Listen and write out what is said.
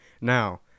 now